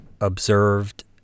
observed